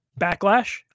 Backlash